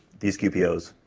these qpos?